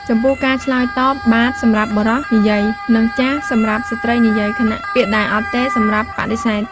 ចំពោះការឆ្លើយតប "បាទ" សម្រាប់បុរសនិយាយ និង "ចាស" សម្រាប់ស្ត្រីនិយាយ ខណៈពាក្យដែល "អត់ទេ" សម្រាប់បដិសេធ។